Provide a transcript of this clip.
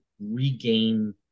regain